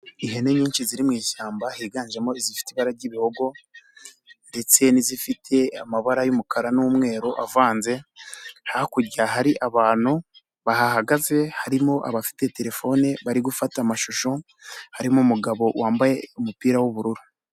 Ihene nyinshi ziri mu ishyamba higanjemo izifite ibara ry'ibihogo ndetse n'izifite amabara y'umukara n'umweru avanze, hakurya hari abantu bahagaze harimo abafite telefone bari gufata amashusho harimo umugabo wambaye umupira w'ubururu.